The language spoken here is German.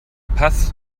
paz